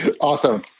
Awesome